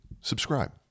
subscribe